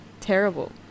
terrible